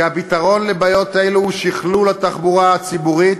כי הפתרון לבעיות אלו הוא שכלול התחבורה הציבורית,